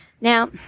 Now